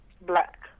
Black